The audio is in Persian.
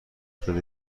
بده